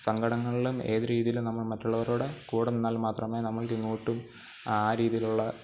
സങ്കടങ്ങളിലും ഏതു രീതിയിലും നമ്മൾ മറ്റുള്ളവരുടെ കൂടി നിന്നാൽ മാത്രമേ നമ്മൾക്കിങ്ങോട്ടും ആ രീതിയിലുള്ള